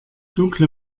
dunkle